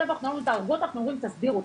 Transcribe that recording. הייבוא ואנחנו לא אומרים תהרגו אותו,